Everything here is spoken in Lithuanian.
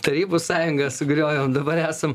tarybų sąjungą sugriovėm dabar esam